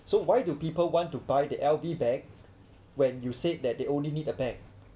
so why do people want to buy the L_V bag when you said that they only need a bag